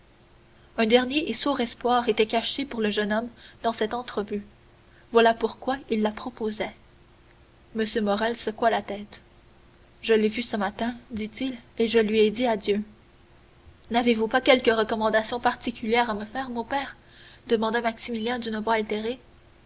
un dernier et sourd espoir était caché pour le jeune homme dans cette entrevue voilà pourquoi il la proposait m morrel secoua la tête je l'ai vue ce matin dit-il et je lui ai dit adieu n'avez-vous pas quelque recommandation particulière à me faire mon père demanda maximilien d'une voix altérée